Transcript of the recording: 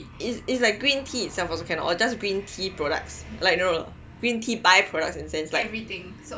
is like green tea itself also cannot or just green tea products like I don't know green tea byproducts